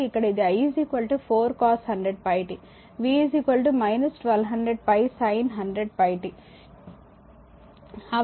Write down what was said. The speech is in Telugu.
v 1200 pi sin 100πt అవకలనం డెరివేటివ్ తీసుకోండి